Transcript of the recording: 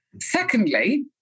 Secondly